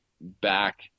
back